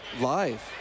live